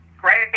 great